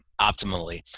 optimally